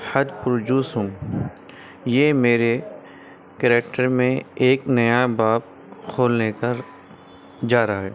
حد پر جوش ہوں یہ میرے کریکٹر میں ایک نیا باب کھولنے کر جا رہا ہے